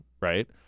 Right